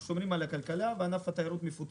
אנחנו שומרים על הכלכלה, וענף התיירות מפוצה.